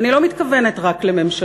ואני לא מתכוונת רק לממשלות.